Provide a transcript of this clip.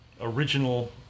original